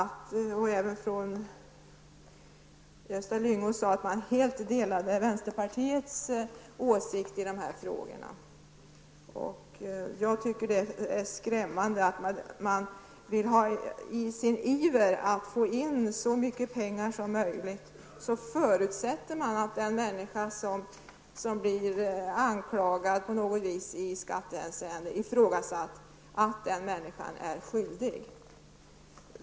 Gösta Lyngå sade att man helt delar vänsterpartiets åsikt i dessa frågor. Det är skrämmande att man i sin iver att få in så mycket pengar som möjligt förutsätter att en människa som på något sätt blir ifrågasatt i skattehänseende är skyldig.